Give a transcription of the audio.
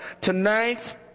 Tonight